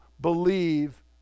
believe